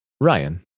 Ryan